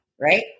Right